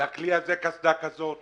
- לכלי הזה קסדה קסדה כזו,